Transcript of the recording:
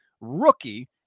rookie